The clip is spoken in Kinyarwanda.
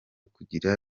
kugira